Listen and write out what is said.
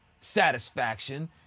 satisfaction